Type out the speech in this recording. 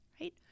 right